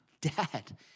dad